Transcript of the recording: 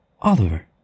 Oliver